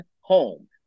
home